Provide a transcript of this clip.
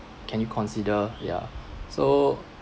can you consider ya so